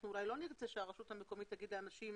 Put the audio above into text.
אולי לא נרצה שהרשות המקומית תגיד לאנשים